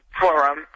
forum